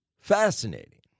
Fascinating